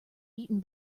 eaten